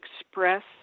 express